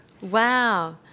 Wow